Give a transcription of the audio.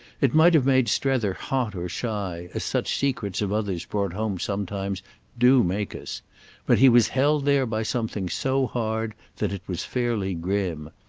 it might have made strether hot or shy, as such secrets of others brought home sometimes do make us but he was held there by something so hard that it was fairly grim.